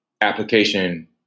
application